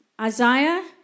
Isaiah